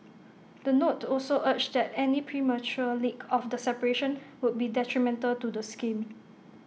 the note also urged that any premature leak of the separation would be detrimental to the scheme